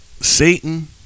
Satan